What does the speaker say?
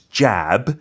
jab